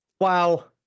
Wow